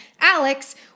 Alex